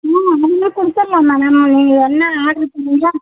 ம் அதெலாம் கொடுத்துர்லாம் மேடம் நீங்கள் என்ன ஆட்ர் பண்ணுறீங்களோ